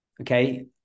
Okay